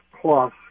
plus